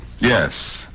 Yes